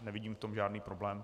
Nevidím v tom žádný problém.